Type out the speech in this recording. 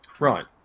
Right